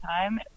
time